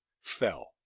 fell